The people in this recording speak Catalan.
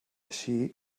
així